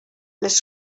les